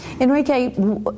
Enrique